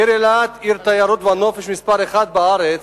העיר אילת, עיר התיירות והנופש מספר אחת בארץ,